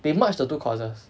they merch the two courses